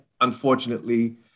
unfortunately